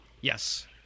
Yes